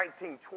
1920